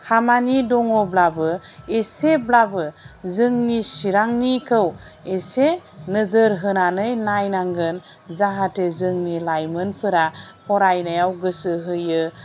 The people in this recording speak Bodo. खामानि दङब्लाबो एसेब्लाबो जोंनि चिरांनिखौ एसे नोजोर होनानै नायनांगोन जाहाथे जोंनि लाइमोनफोरा फरायनायाव गोसो होयो